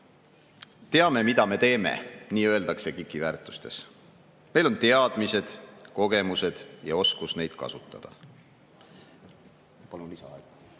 Teame, mida me teeme – nii öeldakse KIK-i väärtustes. Meil on teadmised, kogemused ja oskus neid kasutada.